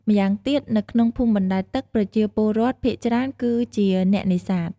ម្យ៉ាងទៀត នៅក្នុងភូមិបណ្ដែតទឹក ប្រជាពលរដ្ឋភាគច្រើនគឺជាអ្នកនេសាទ។